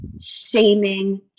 shaming